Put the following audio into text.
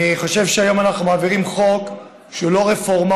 אני חושב שהיום אנחנו מעבירים חוק שהוא לא רפורמה,